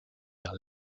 vers